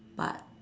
but